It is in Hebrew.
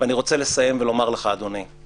ואני רוצה לסיים ולומר לך, אדוני,